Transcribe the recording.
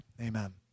Amen